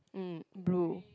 mm blue